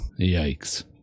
yikes